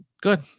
Good